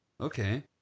okay